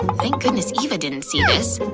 thank goodness eva didn't see this!